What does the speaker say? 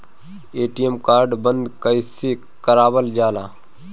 ATM card बन्द कईसे करावल जाला?